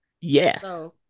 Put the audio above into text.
Yes